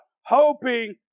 Hoping